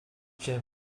gym